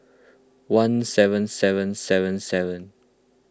one seven seven seven seven